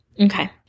Okay